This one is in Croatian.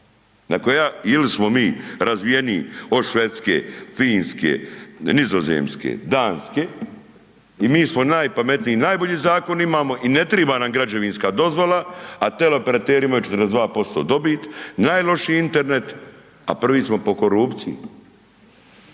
ili smo mi razvijeniji od Švedske, Finske, Nizozemske, Danske i mi smo najpametniji i najbolji zakon imamo i ne triba nam građevinska dozvola, a teleoperateri imaju 42% dobit, najlošiji Internet, a prvi smo po korupciji,